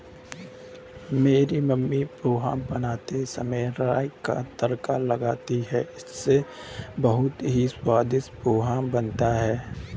मेरी मम्मी पोहा बनाते समय राई का तड़का लगाती हैं इससे बहुत ही स्वादिष्ट पोहा बनता है